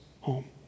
home